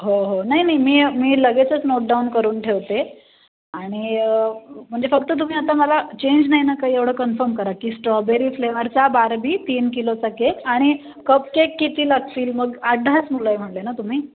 हो हो नाही नाही मी मी लगेचच नोटडाऊन करून ठेवते आणि म्हणजे फक्त तुम्ही आता मला चेंज नाही ना का एवढं कन्फर्म करा की स्ट्रॉबेरी फ्लेवरचा बारबी तीन किलोचा केक आणि कपकेक किती लागतील मग आठदहाच मुलं आहे म्हणाले ना तुम्ही